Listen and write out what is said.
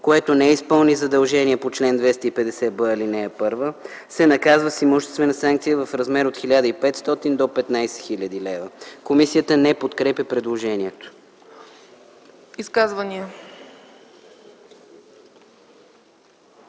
което не изпълни задължение по чл. 250б, ал. 1, се наказва с имуществена санкция в размер от 1500 до 15 000 лв.” Комисията не подкрепя предложението. ПРЕДСЕДАТЕЛ